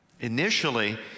initially